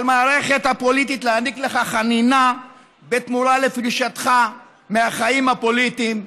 על המערכת הפוליטית להעניק לך חנינה בתמורה לפרישתך מהחיים הפוליטיים.